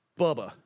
Bubba